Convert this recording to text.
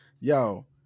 yo